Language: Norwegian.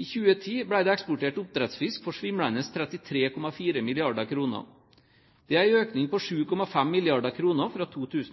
I 2010 ble det eksportert oppdrettsfisk for svimlende 33,4 mrd. kr. Det er en økning på 7,5 mrd. kr fra 2009!